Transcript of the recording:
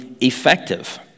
effective